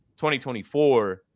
2024